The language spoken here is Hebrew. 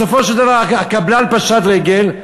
בסופו של דבר הקבלן פשט רגל,